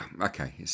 okay